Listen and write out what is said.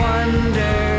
Wonder